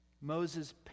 Moses